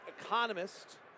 economist